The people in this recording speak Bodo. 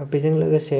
ओ बेजों लोगोसे